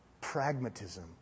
pragmatism